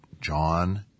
John